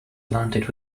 planted